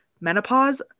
menopause